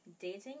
dating